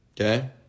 Okay